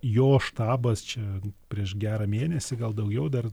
jo štabas čia prieš gerą mėnesį gal daugiau dar